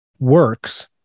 works